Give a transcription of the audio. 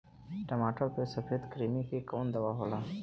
टमाटर पे सफेद क्रीमी के कवन दवा होला?